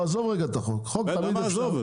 עזוב רגע את החוק, חוק תמיד אפשר --- למה עזוב?